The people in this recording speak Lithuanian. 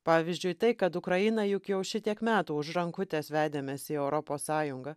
pavyzdžiui tai kad ukrainą juk jau šitiek metų už rankutės vedėmės į europos sąjungą